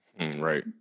right